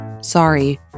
Sorry